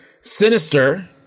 sinister